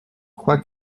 croient